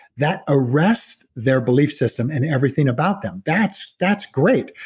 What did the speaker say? that arrest their belief system and everything about them that's that's great.